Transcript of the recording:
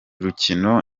rukino